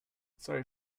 sorry